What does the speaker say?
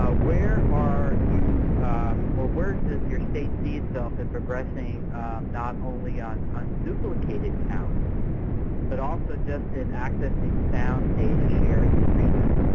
ah where are you or where does your state see itself in progressing not only on unduplicated counts but also just in accessing sound data-sharing agreements,